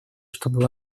чтобы